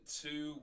two